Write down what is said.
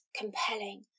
compelling